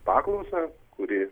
paklausą kuri